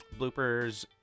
bloopers